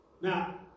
Now